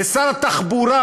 ושר התחבורה,